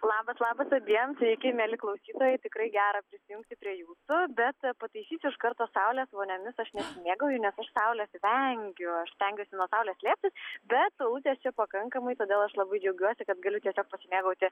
labas labas abiem sveiki mieli klausytojai tikrai gera prisijungti prie jūsų bet pataisysiu iš karto saulės voniomis aš nesimėgauju nes aš saulės vengiu aš stengiuosi nuo saulės slėptis bet saulutės čia pakankamai todėl aš labai džiaugiuosi kad galiu tiesiog pasimėgauti